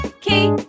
key